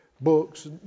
books